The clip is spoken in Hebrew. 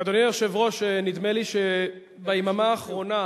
אדוני היושב-ראש, נדמה לי שביממה האחרונה